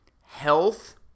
health